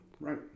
Right